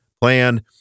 plan